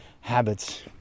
habits